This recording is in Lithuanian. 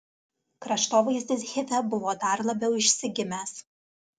kraštovaizdis hife buvo dar labiau išsigimęs